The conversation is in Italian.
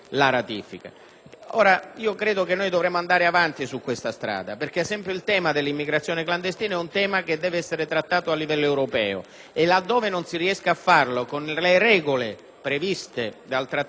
ratifica. Credo che dovremmo andare avanti su questa strada perché il tema dell'immigrazione clandestina deve essere affrontato a livello europeo. Laddove non si riesca a farlo con le regole previste dal Trattato dell'Unione